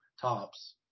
tops